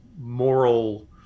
moral